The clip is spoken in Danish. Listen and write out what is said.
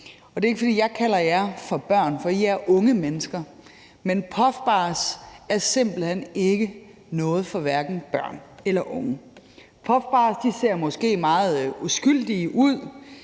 og det er ikke, fordi jeg kalder jer for børn, for I er unge mennesker. Men puffbars er simpelt hen ikke noget for hverken børn eller unge. Puffbars ser måske meget uskyldige ud.